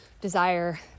desire